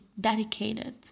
dedicated